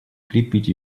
крепить